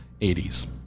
80s